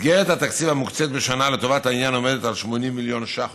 מסגרת התקציב המוקצית בשנה לטובת העניין עומדת על 80 מיליון שקלים,